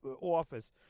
office